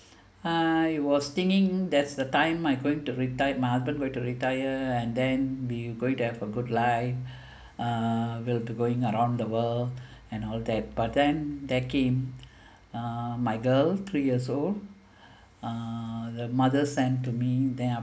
I was thinking that's the time I going to retire my husband going to retire and then we going to have a good life uh will to going around the world and all that but then there came uh my girl three years old uh the mother send to me then after